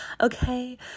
Okay